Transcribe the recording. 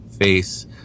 face